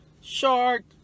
short